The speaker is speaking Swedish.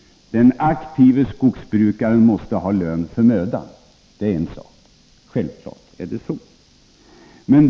Den aktive skogsbrukaren måste få lön för mödan. Det är en självklarhet.